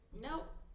Nope